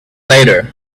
later